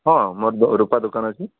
ହଁ ମୋର ଦୋ ରୂପା ଦୋକାନ ଅଛି